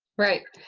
right.